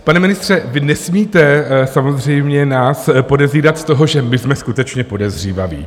Pane ministře, vy nesmíte samozřejmě nás podezírat z toho, že my jsme skutečně podezřívaví.